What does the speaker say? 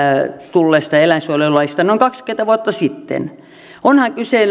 tulleesta eläinsuojelulaista noin kaksikymmentä vuotta sitten